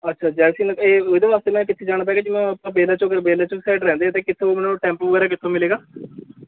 ਅੱਛਾ ਜ਼ੈਲ ਸਿੰਘ ਇਹ ਇਹਦੇ ਵਾਸਤੇ ਮੈਂ ਕਿੱਥੇ ਜਾਣਾ ਪਏਗਾ ਜਿਵੇਂ ਆਪਾਂ ਬੇਲਾ ਚੌਂਕ ਬੇਲਾ ਚੌਂਕ ਸਾਈਡ ਰਹਿੰਦੇ ਅਤੇ ਕਿੱਥੋਂ ਮਤਲਬ ਟੈਂਪੂ ਵਗੈਰਾ ਕਿੱਥੋਂ ਮਿਲੇਗਾ